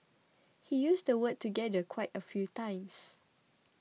he used the word 'together' quite a few times